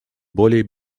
более